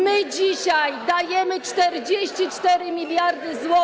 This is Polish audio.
My dzisiaj dajemy 44 mld zł.